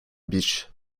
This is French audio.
beach